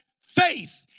faith